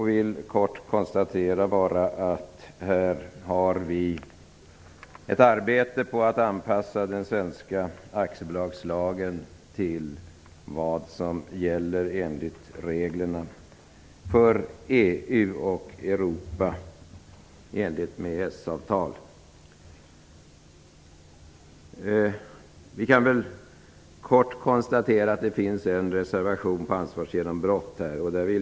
Jag vill också konstatera att arbetet föreligger att anpassa den svenska aktiebolagslagen till vad som gäller enligt reglerna för EU och för Helt kort konstaterar jag att det finns en reservation om ansvarsgenombrott.